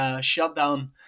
shutdown